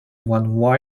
one